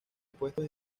impuestos